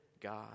God